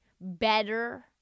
better